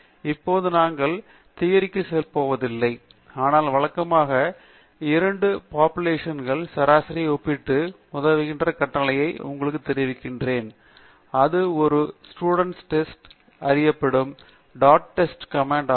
இப்போது நாங்கள் தியரி கு செல்ல போவதில்லை ஆனால் வழக்கமான அல்லது இரண்டு போபுலஷன் களின் சராசரியை ஒப்பிட்டு உங்களுக்கு உதவுகின்ற கட்டளையை உடனடியாக உங்களுக்கு தெரிவிக்கிறேன் அது ஒரு students t test students t test என்று அறியப்படும் டாட் டெஸ்ட் கமன்ட் கும்